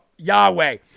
Yahweh